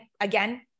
again